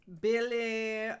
Billy